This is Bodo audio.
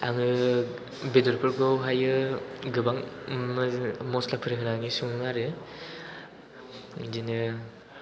आङो बेदरफोरखौहायो गोबां मस्लाफोर होनानै सङो आरो बिदिनो